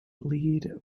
lead